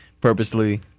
purposely